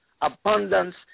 abundance